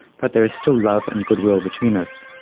but there is still love and goodwill between us,